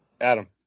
Adam